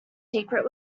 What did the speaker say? secret